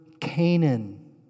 Canaan